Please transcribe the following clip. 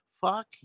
fuck